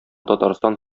татарстан